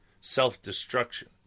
self-destruction